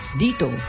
dito